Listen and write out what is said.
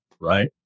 right